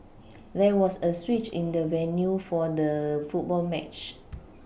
there was a switch in the venue for the football match